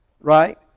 right